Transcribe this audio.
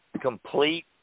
complete